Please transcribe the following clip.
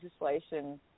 legislation